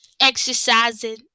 exercising